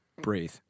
Breathe